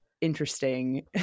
interesting